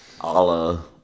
Allah